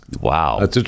Wow